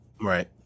Right